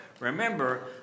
Remember